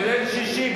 בליל שישי,